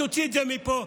תוציא את זה מפה,